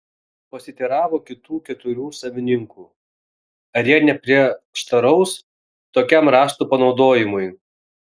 pasiteiravo kitų keturių savininkų ar jie neprieštaraus tokiam rąstų panaudojimui